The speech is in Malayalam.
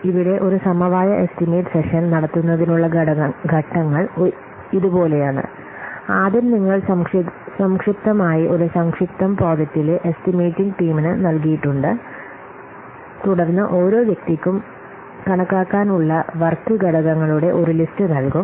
ഇവിടെ ഒരു സമവായ എസ്റ്റിമേറ്റ് സെഷൻ നടത്തുന്നതിനുള്ള ഘട്ടങ്ങൾ ഇതുപോലെയാണ് ആദ്യം നിങ്ങൾ സംക്ഷിപ്തമായി ഒരു സംക്ഷിപ്തം പ്രോജക്റ്റിലെ എസ്റ്റിമേറ്റിംഗ് ടീമിന് നൽകിയിട്ടുണ്ട് തുടർന്ന് ഓരോ വ്യക്തിക്കും കണക്കാക്കാനുള്ള വർക്ക് ഘടകങ്ങളുടെ ഒരു ലിസ്റ്റ് നൽകും